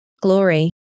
glory